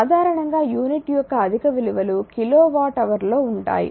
సాధారణంగా యూనిట్ యొక్క అధిక విలువలు కిలో వాట్ హావర్ లో ఉంటాయి